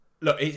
Look